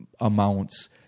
amounts